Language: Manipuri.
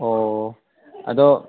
ꯑꯣ ꯑꯗꯣ